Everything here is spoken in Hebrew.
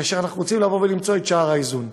ואנחנו רוצים למצוא את שער האיזון.